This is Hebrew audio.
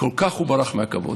הוא כל כך ברח מהכבוד.